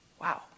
Wow